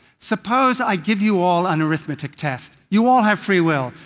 suppose i give you all an arithmetic test, you all have free will,